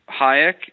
Hayek